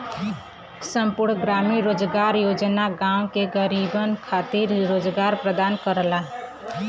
संपूर्ण ग्रामीण रोजगार योजना गांव के गरीबन खातिर रोजगार प्रदान करला